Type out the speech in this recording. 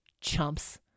Chumps